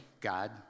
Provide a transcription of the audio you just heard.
God